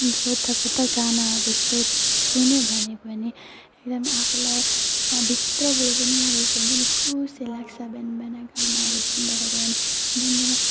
कुद्दा कुद्दा गानाहरू सोध सुन्यो भने पनि एकदम आफूलाई अँ भित्रबाट पनि अब यसो हुन्छ नि खुसी लाग्छ बिहान बिहानै गानाहरू सुन्दाखेरि अनि बिहान बिहानै